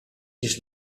just